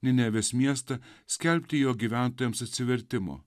ninevės miestą skelbti jo gyventojams atsivertimo